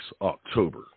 October